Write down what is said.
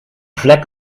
vlek